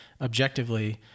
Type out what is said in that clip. objectively